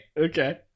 Okay